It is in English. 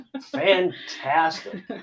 fantastic